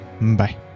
bye